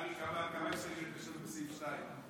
קרעי, כמה הסתייגויות יש לסעיף 2?